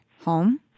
home